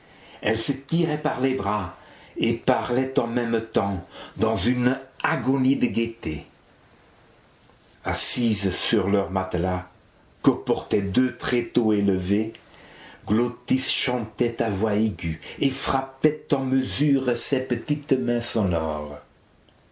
elles se tiraient par les bras et parlaient en même temps dans une agonie de gaieté assises sur leur matelas que portaient deux tréteaux élevés glôttis chantait à voix aiguë et frappait en mesure ses petites mains sonores